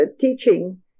teaching